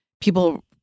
people